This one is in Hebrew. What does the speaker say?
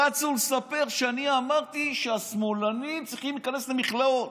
רצו לספר שאני אמרתי שהשמאלנים צריכים להיכנס למכלאות.